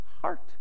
heart